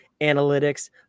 analytics